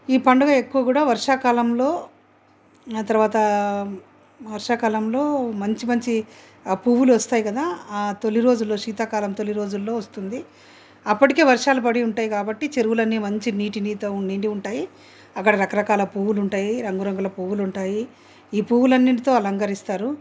ఈ పండుగ ఎక్కువ కూడా వర్షాకాలంలో ఆ తరవాత వర్షాకాలంలో మంచి మంచి ఆ పువ్వులు వస్తాయి కదా ఆ తొలి రోజులు శీతాకాలం తొలిరోజుల్లో వస్తుంది అప్పటికి వర్షాలు పడి ఉంటాయి కాబట్టి చెరువులన్నీ మంచి నీటితో నిండి ఉంటాయి అక్కడ రకరకాల పువ్వులు ఉంటాయి రంగు రంగుల పువ్వులు ఉంటాయి ఈ పువ్వులు అన్నింటితో అలంకరిస్తారు